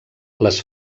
les